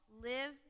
live